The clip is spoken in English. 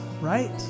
right